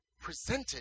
presented